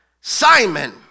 Simon